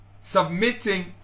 submitting